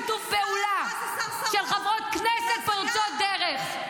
בשיתוף פעולה של חברות כנסת פורצות דרך,